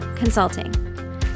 Consulting